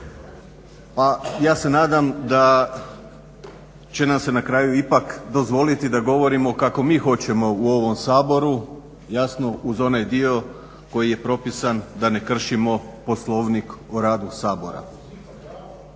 ja se nadam da će nam se na kraju ipak dozvoliti da govorimo kako mi hoćemo u ovom Saboru jasno uz onaj dio koji je propisan da ne kršimo Poslovnik o radu Sabora.